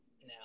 Now